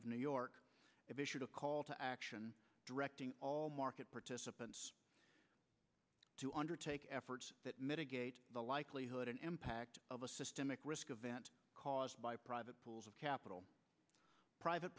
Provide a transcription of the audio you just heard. of new york issued a call to action directing all market participants to undertake efforts that mitigate the likelihood and impact of a systemic risk of vent caused by private pools of capital private